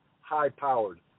high-powered